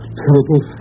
terrible